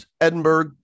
Edinburgh